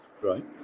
Right